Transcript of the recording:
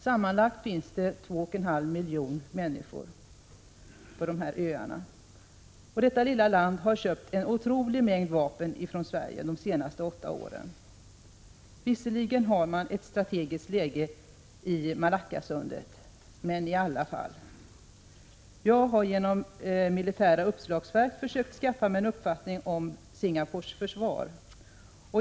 Sammanlagt finns 2,5 miljoner människor på dessa öar. Detta lilla land har köpt en otrolig mängd vapen från Sverige de senaste åtta åren. Visserligen har man ett strategiskt läge i Malackasundet, men ändå. Jag har genom att titta i militära uppslagsverk försökt skaffa mig en uppfattning om Singapores försvar.